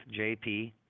JP